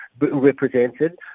represented